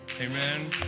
Amen